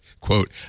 quote